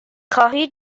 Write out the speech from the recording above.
خواهی